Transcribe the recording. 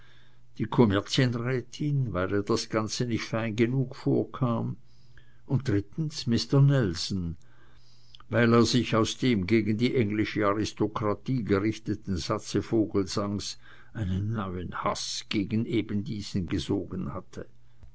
die kommerzienrätin weil ihr das ganze nicht fein genug vorkam und drittens mister nelson weil er sich aus dem gegen die englische aristokratie gerichteten satze vogelsangs einen neuen haß gegen eben diesen gesogen hatte